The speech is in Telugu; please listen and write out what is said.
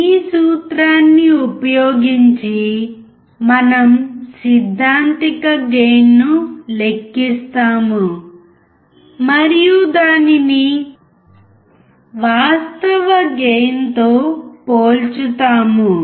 ఈ సూత్రాన్ని ఉపయోగించి మనం సిద్ధాంతిక గెయిన్ను లెక్కిస్తాము మరియు దానిని వాస్తవ గెయిన్తో పోల్చుతాము